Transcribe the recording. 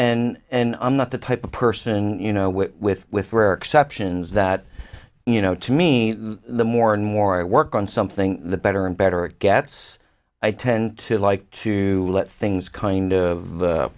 and i'm not the type of person you know with with rare exceptions that you know to me the more and more i work on something the better and better it gets i tend to like to let things kind of